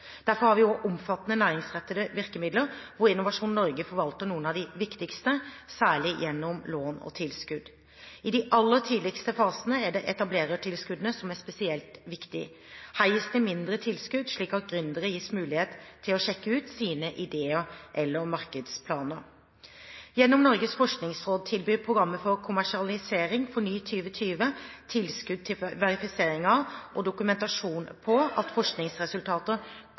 Derfor har vi også omfattende næringsrettede virkemidler, hvor Innovasjon Norge forvalter noen av de viktigste – særlig gjennom lån og tilskudd. I de aller tidligste fasene er det etablerertilskuddene som er spesielt viktig. Her gis det mindre tilskudd slik at gründere gis mulighet til å sjekke ut sine ideer eller markedsplaner. Gjennom Norges forskningsråd tilbyr programmet for kommersialisering, Forny 2020, tilskudd til verifisering av og dokumentasjon på at